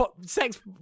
Sex